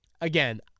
Again